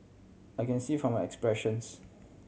I can see from my expressions